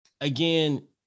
again